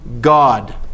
God